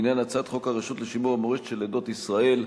לעניין הצעת חוק הרשות לשימור המורשת של עדות ישראל,